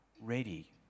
ready